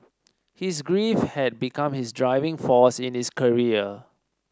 his grief had become his driving force in his career